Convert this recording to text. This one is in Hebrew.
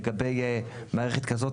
לגבי מערכת כזאת,